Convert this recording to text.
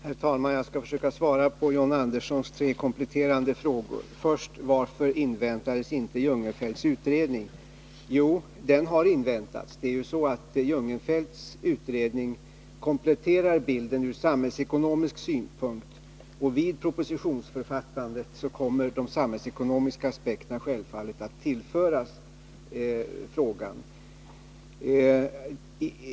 Herr talman! Jag skall försöka svara på John Anderssons tre kompletterande frågor. Varför inväntades inte Jungenfelts utredning? Jo, den har inväntats. Den kompletterar bilden från samhällsekonomisk synpunkt, och vid propositionsförfattandet kommer de samhällsekonomiska aspekterna självfallet att tillföras frågan.